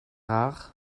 rares